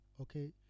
okay